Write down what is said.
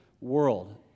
world